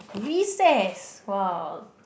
recess !wow!